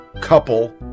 couple